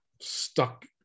stuck